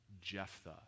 Jephthah